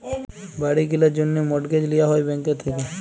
বাড়ি কিলার জ্যনহে মর্টগেজ লিয়া হ্যয় ব্যাংকের থ্যাইকে